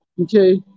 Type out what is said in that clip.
Okay